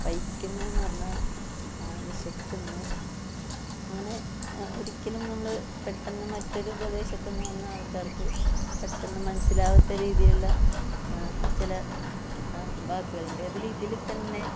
പയ്ക്കുന്നേന്ന് പറഞ്ഞാൽ വിശക്കുന്ന് അങ്ങനെ ഒരിക്കലും നമ്മള് പെട്ടന്ന് മറ്റൊര് പ്രദേശത്ത്ന്ന് വന്ന ആൾക്കാർക്ക് പെട്ടന്ന് മനസ്സിലാവാത്ത രീതിയിലുള്ള ചില വാക്കുകളുണ്ട് അതില് ഇതിൽ തന്നെ